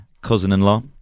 cousin-in-law